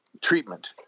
treatment